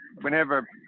Whenever